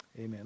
amen